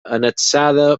annexada